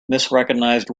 misrecognized